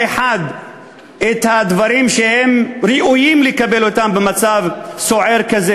אחת את הדברים שהם ראויים לקבל במצב סוער כזה